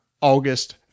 August